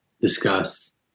discuss